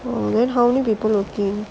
oh then how many people working